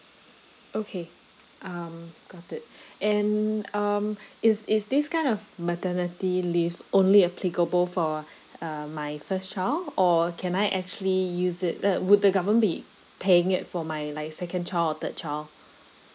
okay um got it and um is is this kind of maternity leave only applicable for uh my first child or can I actually use it uh would the government be paying it for my like second child or third child